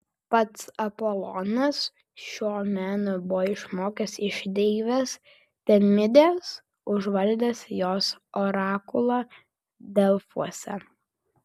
pats apolonas šio meno buvo išmokęs iš deivės temidės užvaldęs jos orakulą delfuose